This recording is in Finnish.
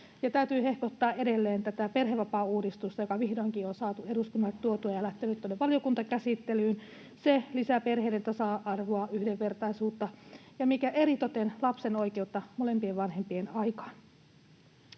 täytyy hehkuttaa edelleen tätä perhevapaauudistusta, joka vihdoinkin on saatu eduskunnalle tuotua ja lähtenyt tuonne valiokuntakäsittelyyn. Se lisää perheiden tasa-arvoa, yhdenvertaisuutta ja — mikä eritoten — lapsen oikeutta molempien vanhempien aikaan.